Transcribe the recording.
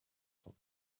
for